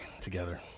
together